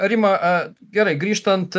rima a gerai grįžtant